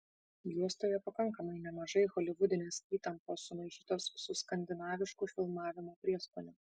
juostoje pakankamai nemažai holivudinės įtampos sumaišytos su skandinavišku filmavimo prieskoniu